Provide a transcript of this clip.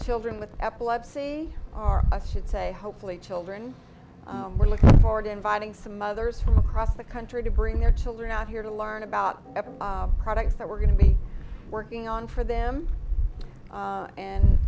children with epilepsy i should say hopefully children we're looking forward inviting some mothers from across the country to bring their children out here to learn about products that we're going to be working on for them